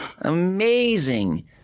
amazing